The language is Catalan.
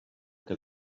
que